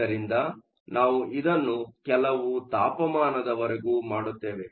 ಆದ್ದರಿಂದ ನಾವು ಇದನ್ನು ಇನ್ನೂ ಕೆಲವು ತಾಪಮಾನದವರೆಗೂ ಮಾಡುತ್ತೇವೆ